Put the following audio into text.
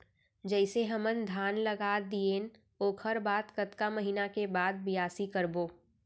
जइसे हमन धान लगा दिएन ओकर बाद कतका महिना के बाद बियासी करबो?